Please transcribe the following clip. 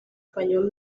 español